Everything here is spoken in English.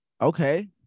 Okay